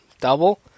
Double